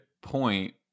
point